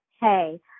hey